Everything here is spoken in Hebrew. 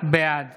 בעד